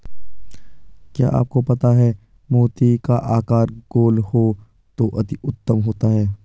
क्या आपको पता है मोती का आकार गोल हो तो अति उत्तम होता है